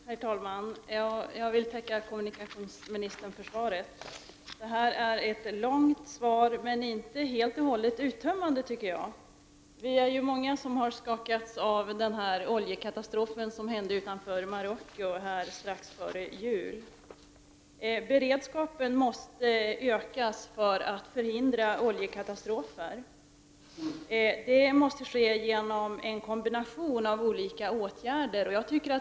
Herr talman! Jag tackar kommunikationsministern för svaret. Det var ett långt svar, men inte helt och hållet uttömmande. Vi är många som skakats av den oljekatastrof som inträffade utanför Ma rockos kust strax före jul. Beredskapen för att förhindra oljekatastrofer måste öka. Det måste ske genom en kombination av olika åtgärder.